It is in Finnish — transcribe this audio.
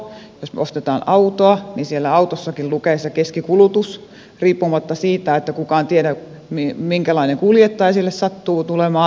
jos me ostamme autoa siellä autossakin lukee se keskikulutus riippumatta siitä että kukaan ei tiedä minkälainen kuljettaja sille sattuu tulemaan